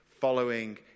following